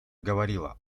говорила